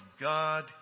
God